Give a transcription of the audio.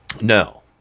No